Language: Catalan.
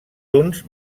huns